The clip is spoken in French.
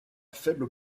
faible